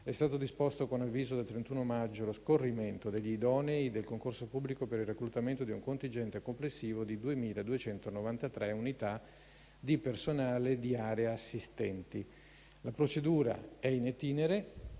È stato disposto, con avviso del 31 maggio, lo scorrimento degli idonei del concorso pubblico per il reclutamento di un contingente complessivo di 2.293 unità di personale di area assistenti. La procedura è *in itinere*